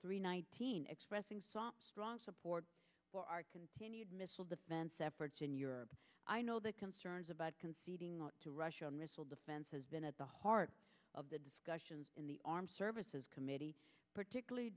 three nineteen expressing saw strong support for our continued missile defense efforts in europe i know the concerns about conceding to russia on missile defense has been at the heart of the discussions in the armed services committee particularly